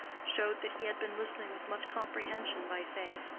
showed that he had been listening with much comprehension by saying,